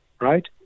right